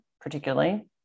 particularly